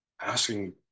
asking